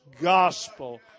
gospel